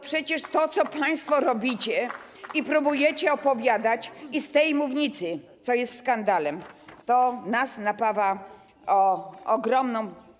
Przecież to, co państwo robicie i próbujecie opowiadać - i z tej mównicy, co jest skandalem - to nas napawa ogromną.